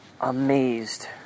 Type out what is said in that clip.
amazed